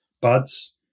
buds